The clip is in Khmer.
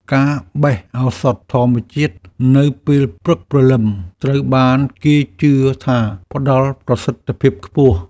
ការបេះឱសថធម្មជាតិនៅពេលព្រឹកព្រលឹម ត្រូវបានគេជឿថាផ្តល់ប្រសិទ្ធភាពខ្ពស់។